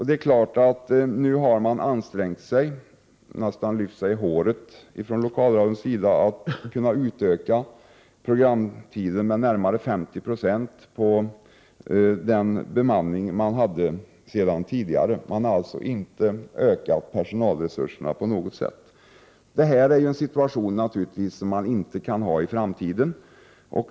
Det är klart att man från lokalradions sida har ansträngt sig— ja, man har nästan lyft sig själv i håret — för att kunna utöka programtiden med närmare 50 26, och detta med oförändrad bemanning. Man har alltså inte alls utökat personalresurserna. Detta är naturligtvis en situation som man inte kan ha i framtiden.